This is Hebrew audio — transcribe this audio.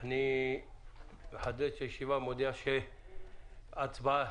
ואני מודיע שההצבעה